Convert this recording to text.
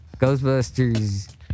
Ghostbusters